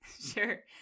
Sure